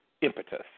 impetus